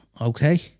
okay